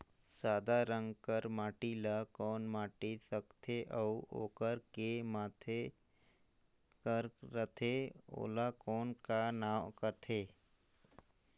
सादा रंग कर माटी ला कौन माटी सकथे अउ ओकर के माधे कर रथे ओला कौन का नाव काथे?